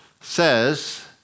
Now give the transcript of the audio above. says